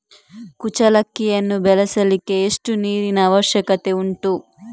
ಕುಚ್ಚಲಕ್ಕಿಯನ್ನು ಬೆಳೆಸಲಿಕ್ಕೆ ಎಷ್ಟು ನೀರಿನ ಅವಶ್ಯಕತೆ ಉಂಟು?